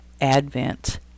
Advent